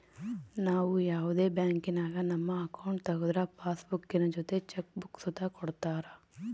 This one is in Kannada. ನಾವು ಯಾವುದೇ ಬ್ಯಾಂಕಿನಾಗ ನಮ್ಮ ಅಕೌಂಟ್ ತಗುದ್ರು ಪಾಸ್ಬುಕ್ಕಿನ ಜೊತೆ ಚೆಕ್ ಬುಕ್ಕ ಸುತ ಕೊಡ್ತರ